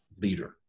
leader